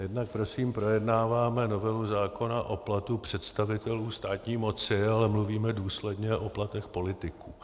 Jednak prosím projednáváme novelu zákona o platu představitelů státní moci, ale mluvíme důsledně o platech politiků.